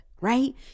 right